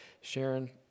Sharon